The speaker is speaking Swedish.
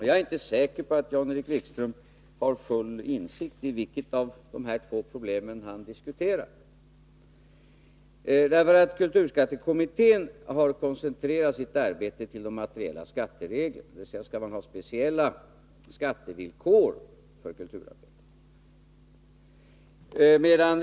Jag är inte säker på att Jan-Erik Wikström har full insikt om vilket av dessa två problem som han diskuterar. Kulturskattekommittén har koncentrerat sitt arbete till de materiella skattereglerna, dvs. till frågan om man skall ha speciella skattevillkor för kulturarbetare.